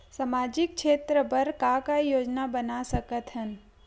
सामाजिक क्षेत्र बर का का योजना बना सकत हन?